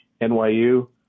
NYU